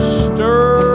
stir